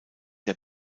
der